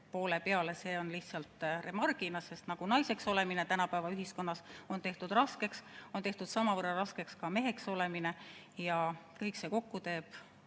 poole peale. See oli öeldud lihtsalt remargina, sest nagu naiseks olemine tänapäeva ühiskonnas on tehtud raskeks, on tehtud samavõrra raskeks ka meheks olemine. Teie aeg! Kõik see kokku teeb